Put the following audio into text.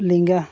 ᱞᱮᱸᱜᱟ